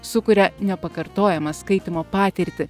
sukuria nepakartojamą skaitymo patirtį